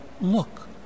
Look